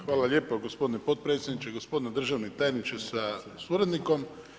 Hvala lijepa gospodine potpredsjedniče, gospodine državni tajniče sa suradnikom.